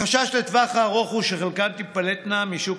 החשש לטווח הארוך הוא שחלקן תיפלטנה משוק